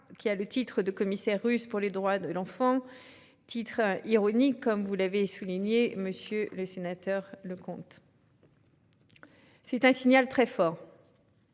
qui a le titre de commissaire russe pour les droits de l'enfant- un titre « ironique », comme vous l'avez indiqué, monsieur le sénateur Leconte. Il s'agit d'un signal très fort.